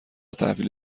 تحویل